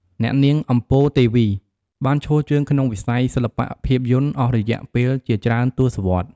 អ្នកនាង អម្ពរ ទេវី បានឈរជើងក្នុងវិស័យសិល្បៈភាពយន្តអស់រយៈពេលជាច្រើនទសវត្សរ៍។